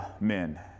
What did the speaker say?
men